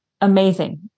amazing